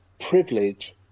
privilege